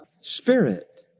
Spirit